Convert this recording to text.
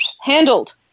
handled